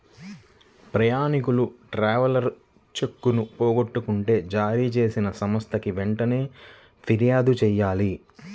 ప్రయాణీకులు ట్రావెలర్స్ చెక్కులను పోగొట్టుకుంటే జారీచేసిన సంస్థకి వెంటనే పిర్యాదు చెయ్యాలి